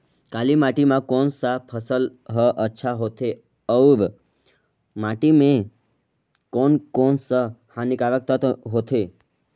काली माटी मां कोन सा फसल ह अच्छा होथे अउर माटी म कोन कोन स हानिकारक तत्व होथे?